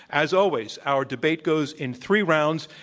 as always, our debate goes in three rounds.